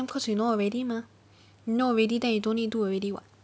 cause you know already mah you know already then you don't need do already [what]